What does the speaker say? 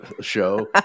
show